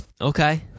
Okay